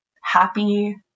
happy